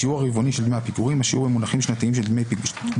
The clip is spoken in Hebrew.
השיעור הרבעוני של דמי הפיגורים השיעור במונחים שנתיים של דמי הפיגורים